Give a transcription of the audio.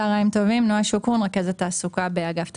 צוהריים טובים, אני רכזת תעסוקה באגף תקציבים.